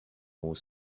more